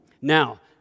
Now